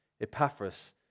Epaphras